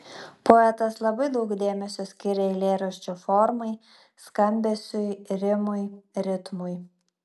poetas labai daug dėmesio skiria eilėraščio formai skambesiui rimui ritmui